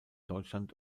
deutschland